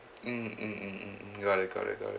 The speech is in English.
mm mm mm mm mm correct correct correct